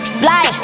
fly